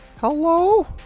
Hello